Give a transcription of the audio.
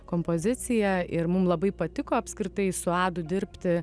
kompoziciją ir mum labai patiko apskritai su adu dirbti